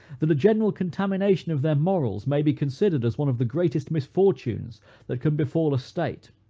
that a general contamination of their morals may be considered as one of the greatest misfortunes that can befal a state,